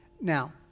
Now